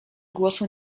głosu